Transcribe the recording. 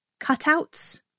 cutouts